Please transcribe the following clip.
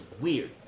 weird